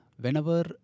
whenever